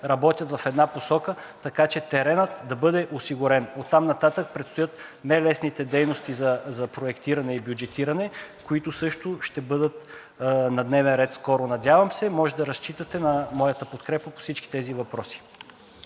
работят в една посока, така че теренът да бъде осигурен. Оттам нататък предстоят нелесните дейности за проектиране и бюджетиране, които също ще бъдат на дневен ред скоро, надявам се. Може да разчитате на моята подкрепа по всички тези въпроси.